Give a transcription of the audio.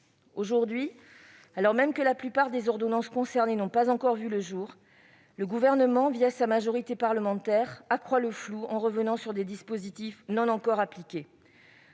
Aujourd'hui, alors même que la plupart des ordonnances concernées n'ont pas encore vu le jour, le Gouvernement sa majorité parlementaire accroît le flou en revenant sur des dispositifs non encore appliqués.